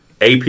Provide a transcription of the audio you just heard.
AP